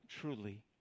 truly